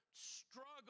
Struggle